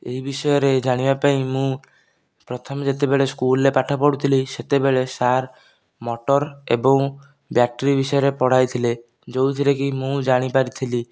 ଏହି ବିଷୟରେ ଜାଣିବା ପାଇଁ ମୁଁ ପ୍ରଥମେ ଯେତେବେଳେ ସ୍କୁଲରେ ପାଠ ପଢ଼ୁଥିଲି ସେତେବେଳେ ସାର୍ ମୋଟର ଏବଂ ବ୍ୟାଟେରୀ ବିଷୟରେ ପଢ଼ାଇଥିଲେ ଯେଉଁଥିରେ କି ମୁଁ ଜାଣିପାରିଥିଲି